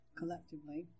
collectively